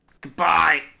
goodbye